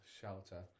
shelter